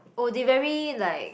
oh they very like